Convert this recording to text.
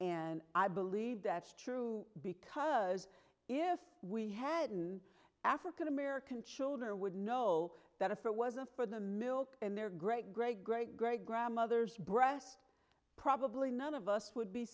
and i believe that's true because if we hadn't african american children or would know that if it wasn't for the milk and their great great great great grandmother's breast probably none of us would be